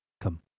Come